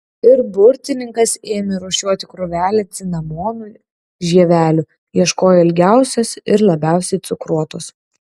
ir burtininkas ėmė rūšiuoti krūvelę cinamonų žievelių ieškojo ilgiausios ir labiausiai cukruotos